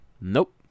nope